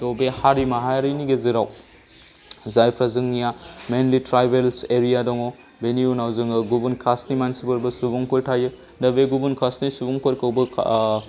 थ' बे हारि माहारिनि गेजेराव जायफोरा जोंनिया मैनलि ट्रायबेल्स एरिया दङ बेनि उनाव जोङो गुबुन कास्टनि मानसिफोरबो सुबुंफोर थायो दा बे गुबुन कास्टनि सुबुंफोरखौबो